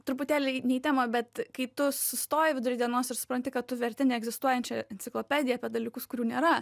truputėlį ne į temą bet kai tu sustoji vidury dienos ir supranti kad tu verti neegzistuojančią enciklopediją apie dalykus kurių nėra